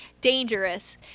dangerous